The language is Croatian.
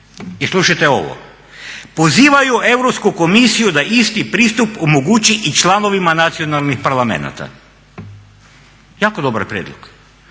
i slušajte ovo "pozivaju Europsku komisiju da isti pristup omogući i članovima nacionalnih parlamenata." Jako dobar prijedlog!